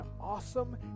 awesome